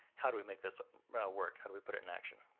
how do we make this work? how do we put it in action?